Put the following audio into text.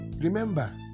Remember